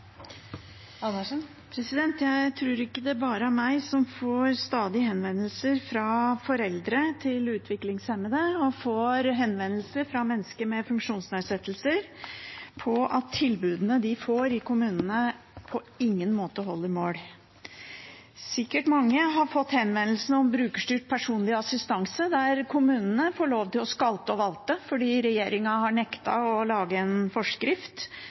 bare jeg som stadig får henvendelser fra foreldrene til utviklingshemmede og fra mennesker med funksjonsnedsettelser om at tilbudet de får i kommunene, på ingen måte holder mål. Det er sikkert mange som har fått henvendelser om ordningen med brukerstyrt personlig assistanse, som kommunene får lov til å skalte og valte med fordi regjeringen har nektet å lage en forskrift